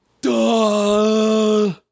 duh